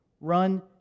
run